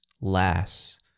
less